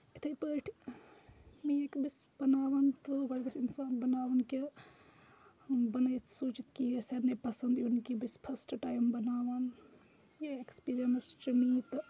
یِتھے پٲٹھۍ میٛانۍ بہٕ چھَس بَناوان تہٕ گۄڈٕ گَژھِ اِنسان بَناوُن کہِ بَنٲیِتھ سوٗنٛچِتھ کہِ یہِ گژھِ سارنٕے پَسنٛد یُن کہِ بہٕ چھَس فٔسٹ ٹایم بَناوان یہِ اٮ۪کٕسپیٖریَنٕس چھِ میٛٲنۍ تہٕ